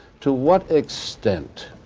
to what extent